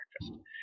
breakfast